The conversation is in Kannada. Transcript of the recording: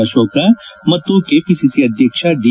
ಅಶೋಕ್ ಮತ್ತು ಕೆಪಿಸಿಸಿ ಅಧ್ಯಕ್ಷ ದಿ